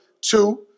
two